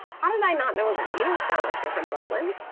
how did i not know that? you don't sound like you're from brooklyn.